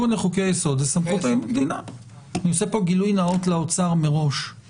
אני יודע על לפחות עוד רשות ממשלתית